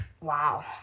Wow